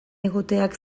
egoteak